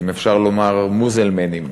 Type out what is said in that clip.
אם אפשר לומר מוזלמנים